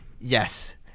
Yes